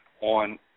on